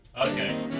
Okay